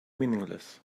meaningless